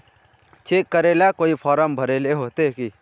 Cheque करेला कोई form भरेले होते की?